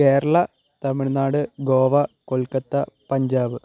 Kerala Tamil Nadu Goa Kolkata Punjab